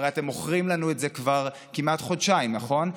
הרי אתם מוכרים לנו את זה כבר כמעט חודשיים, נכון?